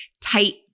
tight